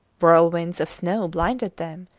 whirlwinds of snow blinded them,